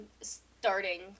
starting